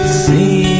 see